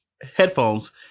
headphones